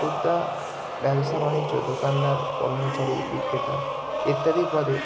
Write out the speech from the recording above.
ক্ষুদ্র ব্যবসা বাণিজ্য দোকানদার কর্মচারী বিক্রেতা ইত্যাদি পদে